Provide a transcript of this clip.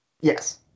Yes